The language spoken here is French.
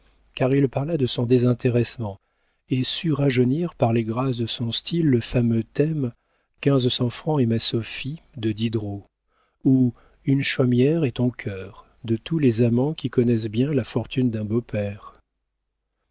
car il parla de son désintéressement et sut rajeunir par les grâces de son style le fameux thème quinze cents francs et ma sophie de diderot ou une chaumière et ton cœur de tous les amants qui connaissent bien la fortune d'un beau-père